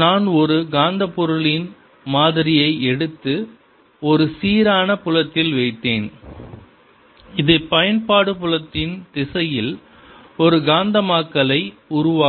நான் ஒரு காந்தப் பொருளின் மாதிரியை எடுத்து ஒரு சீரான புலத்தில் வைத்தேன் இது பயன்பாட்டு புலத்தின் திசையில் ஒரு காந்தமாக்கலை உருவாக்கும்